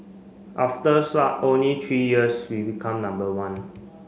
after only three years we become number one